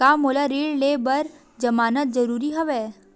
का मोला ऋण ले बर जमानत जरूरी हवय?